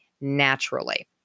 naturally